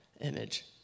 image